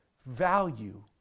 value